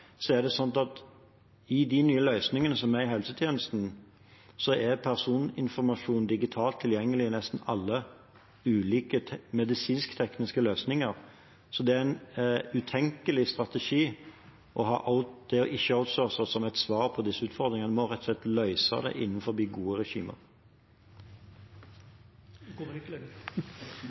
er det slik at i de nye løsningene som er i helsetjenesten, er personinformasjon digitalt tilgjengelig i nesten alle ulike medisinsk-tekniske løsninger, så det er en utenkelig strategi ikke å ha det outsourcet som svar på disse utfordringene. Vi må rett og slett løse det innenfor gode regimer.